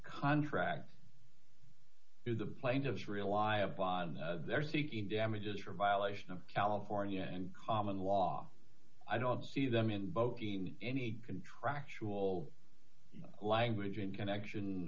contract to the plaintiffs rely upon the they're seeking damages for violation of california and common law i don't see them in both teams any contractual language in connection